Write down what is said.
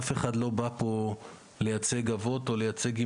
אף אחד לא בא לייצג אבות או אימהות,